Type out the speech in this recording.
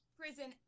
prison